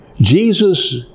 Jesus